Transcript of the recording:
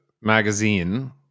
magazine